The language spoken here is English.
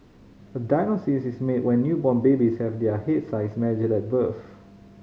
a diagnosis is made when newborn babies have their head size measured at birth